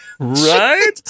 right